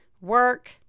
work